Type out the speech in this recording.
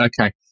okay